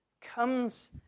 comes